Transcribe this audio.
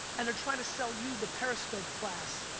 and they're trying to sell you the periscope class.